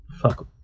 fuck